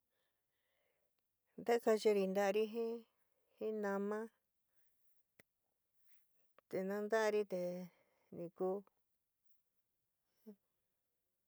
Ntakachari ntári jɨn jɨn n'ama te nantári te ni ku.